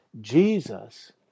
Jesus